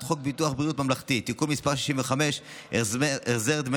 חוק ביטוח בריאות ממלכתי (תיקון מס' 65) (החזר דמי